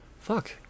Fuck